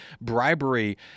bribery